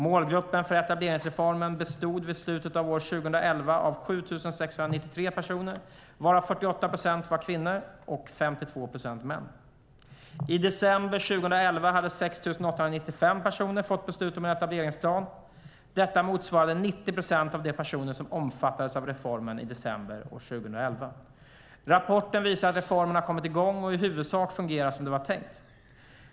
Målgruppen för etableringsreformen bestod vid slutet av år 2011 av 7 693 personer varav 48 procent kvinnor och 52 procent män. I december 2011 hade 6 895 personer fått beslut om en etableringsplan. Detta motsvarar 90 procent av de personer som omfattades av reformen i december år 2011. Rapporten visar att reformen har kommit i gång och i huvudsak fungerar som det var tänkt.